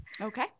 Okay